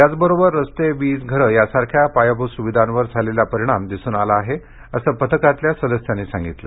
याचबरोबर रस्ते वीज घरे यांसारख्या पायाभृत सुविधांवर झालेला परिणाम दिसुन आला आहे असे पथकातल्या सदस्यांनी सांगितले